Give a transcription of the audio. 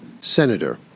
senator